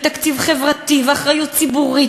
ואחריות ציבורית,